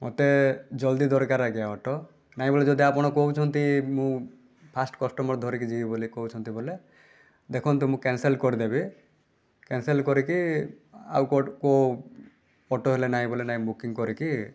ମତେ ଜଲ୍ଦି ଦରକାର ଆଜ୍ଞା ଅଟୋ ନାଇଁ ବୋଲି ଯଦି ଆପଣ କହୁଛନ୍ତି ମୁଁ ଫାର୍ଷ୍ଟ କଷ୍ଟମର ଧରିକି ଯିବି ବୋଲି କହୁଛନ୍ତି ବୋଲେ ଦେଖନ୍ତୁ ମୁଁ କ୍ୟାନସଲ୍ କରିଦେବି କ୍ୟାନସଲ୍ କରିକି ଆଉ କୋ କେଉଁ ଆଟୋ ହେଲେ ନାଇଁ ବୋଲେ ନାଇଁ ବୁକିଂ କରିକି